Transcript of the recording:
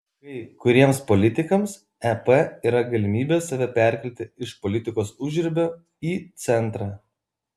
kai kuriems politikams ep yra galimybė save perkelti iš politikos užribio į centrą